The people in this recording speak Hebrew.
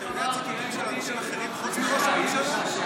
אתה יודע ציטוטים של אנשים אחרים חוץ מראש הממשלה?